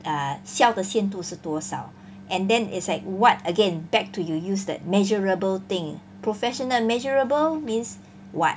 uh 笑的限度是多少 and then is like what again back to you use that measurable thing professional measurable means what